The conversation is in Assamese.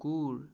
কুকুৰ